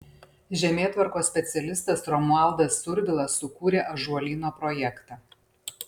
žemėtvarkos specialistas romualdas survila sukūrė ąžuolyno projektą